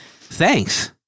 thanks